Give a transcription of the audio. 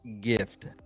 gift